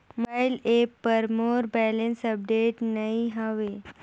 mobile app पर मोर balance update नई हवे